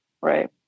right